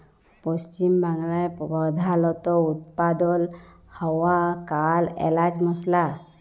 পশ্চিম বাংলায় প্রধালত উৎপাদল হ্য়ওয়া কাল এলাচ মসলা